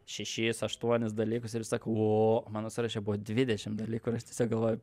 šešis aštuonis dalykus ir jis sako o mano sąraše buvo dvidešim dalykų ir aš tiesiog galvoju